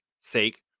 sake